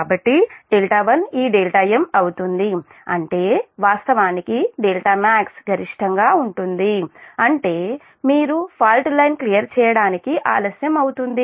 కాబట్టి 1 ఈ m అవుతుంది అంటే వాస్తవానికి max గరిష్టంగా ఉంటుంది అంటే మీరు ఫాల్ట్ లైన్ క్లియర్ చేయడానికి ఆలస్యం అవుతుంది